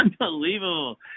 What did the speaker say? Unbelievable